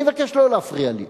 אני מבקש לא להפריע לי.